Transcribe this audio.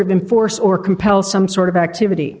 of enforce or compel some sort of activity